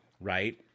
right